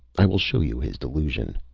i will show you his delusion.